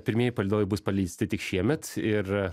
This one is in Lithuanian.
pirmieji palydovai bus paleisti tik šiemet ir